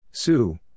Sue